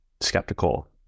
skeptical